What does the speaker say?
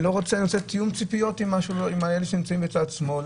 אני רוצה שיהיה תיאום ציפיות עם אלה מצד שמאל.